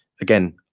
again